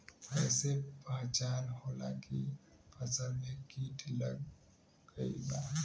कैसे पहचान होला की फसल में कीट लग गईल बा?